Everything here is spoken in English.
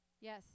Yes